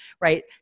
right